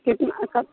केतनाके